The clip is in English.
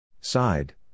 Side